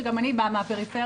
שגם אני באה מהפריפריה,